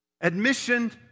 Admission